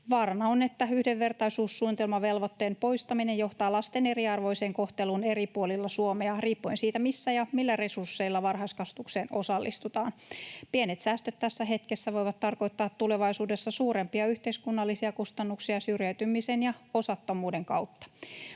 Vaarana on, että yhdenvertaisuussuunnitelmavelvoitteen poistaminen johtaa lasten eriarvoiseen kohteluun eri puolilla Suomea riippuen siitä, missä ja millä resursseilla varhaiskasvatukseen osallistutaan. Pienet säästöt tässä hetkessä voivat tarkoittaa tulevaisuudessa suurempia yhteiskunnallisia kustannuksia syrjäytymisen ja osattomuuden kautta.